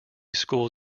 school